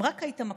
אם רק היית מקשיב,